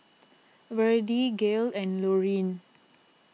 Verdie Gail and Loreen